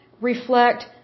reflect